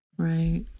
Right